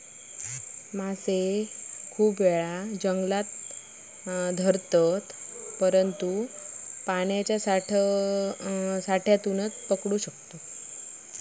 मासे बहुतेकदां जंगलात पकडले जातत, परंतु पाण्याच्या साठ्यातूनपण पकडू शकतत